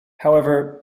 however